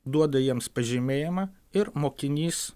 duoda jiems pažymėjimą ir mokinys